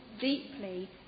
deeply